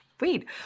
wait